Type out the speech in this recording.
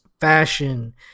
fashion